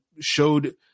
showed